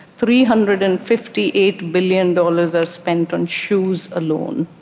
three hundred and fifty eight billion dollars are spent on shoes alone.